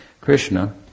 Krishna